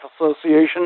Association